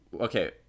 okay